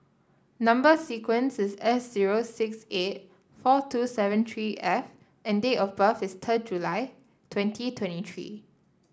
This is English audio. number sequence is S zero six eight four two seven three F and date of birth is third July twenty twenty three